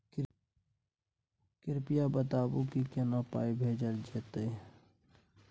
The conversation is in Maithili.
कृपया बताऊ की केना पाई भेजल जेतै?